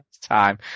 time